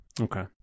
Okay